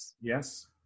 Yes